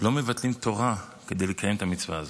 לא מבטלים תורה כדי לקיים את המצווה הזאת.